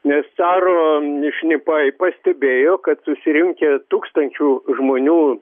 nes caro šnipai pastebėjo kad susirinkę tūkstančių žmonių